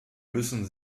müssen